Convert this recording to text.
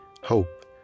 Hope